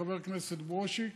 חבר הכנסת ברושי.